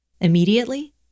Immediately